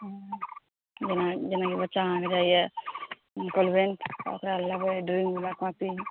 हँ जेना बच्चा अहाँके जाइया कॉन्वेन्ट ओकरा लए लेबै ड्रॉइंग वाला कॉपी